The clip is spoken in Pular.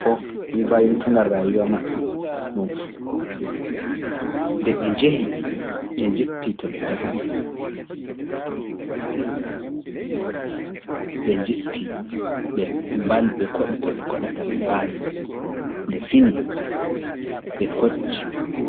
fof, mbaylutungal raayuwa maɓɓe ɗum fuu. Nde ɓe njahi, ɓe njippii to ɓe njahata, ɓe njippii, ɓe mbal- ɓe koɗi to ɓe koɗata ɓe mbaali, nde fini, ɓe kocci.